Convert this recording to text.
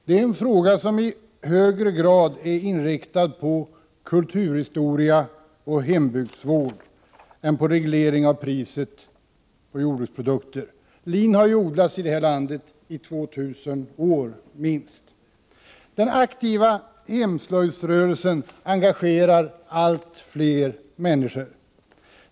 Det är en fråga som i högre grad är inriktad på kulturhistoria och hembygdsvård än på reglering av priset på jordbruksprodukter. Lin har ju odlats i vårt land i minst 2000 år. Den aktiva hemslöjdsrörelsen engagerar allt fler människor.